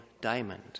diamond